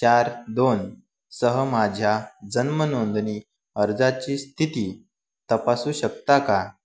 चार दोनसह माझ्या जन्मनोंदणी अर्जाची स्थिती तपासू शकता का